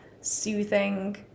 soothing